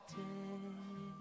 day